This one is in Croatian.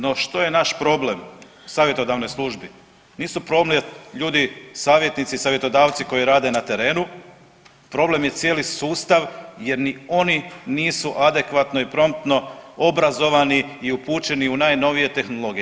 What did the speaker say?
No, što je naš problem savjetodavnoj službi, nisu problem ljudi savjetnici i savjetodavci koji rade na terenu, problem je cijeli sustav jer ni oni nisu adekvatno i promptno obrazovani i upućeni u najnovije tehnologije.